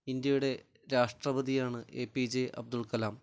ഇന്ത്യയുടെ രാഷ്ട്രപതിയാണ് A P J Abdul Kalam